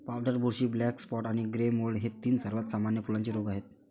powder बुरशी, black spot आणि grey mould हे तीन सर्वात सामान्य फुलांचे रोग आहेत